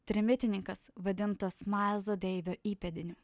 trimitininkas vadintas maz deivio įpėdiniu